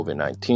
COVID-19